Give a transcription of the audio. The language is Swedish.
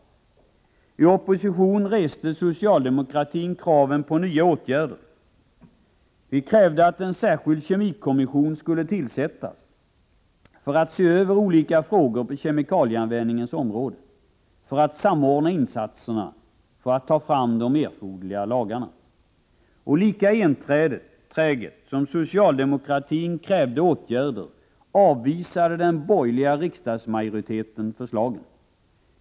I opposition reste socialdemokratin krav på nya åtgärder. Vi krävde att en särskilt kemikommission skulle tillsättas för att se över olika frågor på kemikalieanvändningens område, för att samordna insatserna, och för att ta fram de erforderliga lagarna. Lika enträget som socialdemokratin krävde åtgärder avvisade den borgerliga riksdagsmajoriteten förslagen.